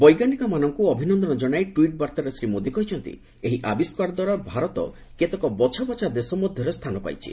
ବୈଜ୍ଞାନିକମାନଙ୍କୁ ଅଭିନନ୍ଦନ ଜଣାଇ ଟ୍ୱିଟ୍ ବାର୍ତ୍ତାରେ ଶ୍ରୀ ମୋଦି କହିଛନ୍ତି ଏହି ଆବିଷ୍କାର ଦ୍ୱାରା ଭାରତ କେତେକ ବଛାବଛା ଦେଶ ମଧ୍ୟରେ ସ୍ଥାନ ପାଇଛି